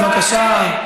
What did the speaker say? בבקשה.